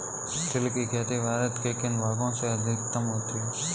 तिल की खेती भारत के किन भागों में अधिकतम होती है?